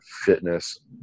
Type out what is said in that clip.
fitness